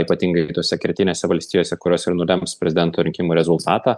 ypatingai tose kertinėse valstijose kurios ir nulems prezidento rinkimų rezultatą